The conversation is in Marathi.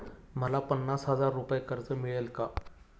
मला पन्नास हजार रुपये कर्ज मिळेल का?